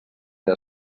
què